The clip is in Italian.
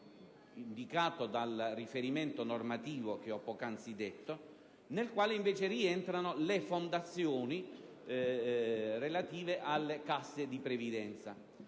indicato dal riferimento normativo che ho poc'anzi detto, nel quale invece rientrano le fondazioni relative alle casse di previdenza.